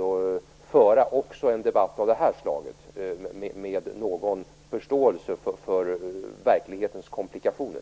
också föra en debatt av det här slaget, med någon förståelse för verklighetens komplikationer.